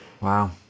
Wow